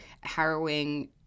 harrowing